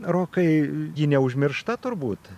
rokai ji neužmiršta turbūt